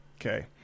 Okay